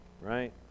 right